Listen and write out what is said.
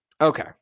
Okay